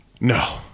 No